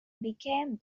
became